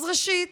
אז ראשית,